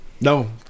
No